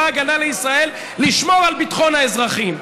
ההגנה לישראל לשמור על ביטחון האזרחים.